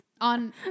On